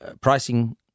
pricing